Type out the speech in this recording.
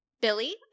Billy